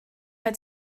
her